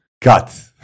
cut